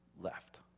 left